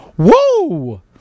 Whoa